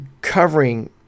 covering